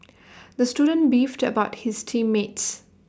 the student beefed about his team mates